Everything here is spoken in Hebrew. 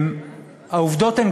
העובדות הן